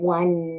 one